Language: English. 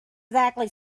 exactly